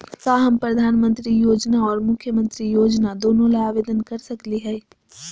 का हम प्रधानमंत्री योजना और मुख्यमंत्री योजना दोनों ला आवेदन कर सकली हई?